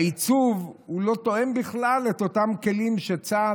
העיצוב לא תואם בכלל את אותם כלים שצה"ל